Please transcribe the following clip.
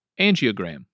Angiogram